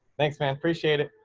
thanks man, appreciate it.